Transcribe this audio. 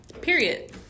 Period